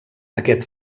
aquest